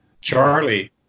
Charlie